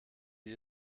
die